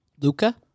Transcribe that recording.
Luca